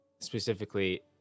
Specifically